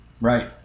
Right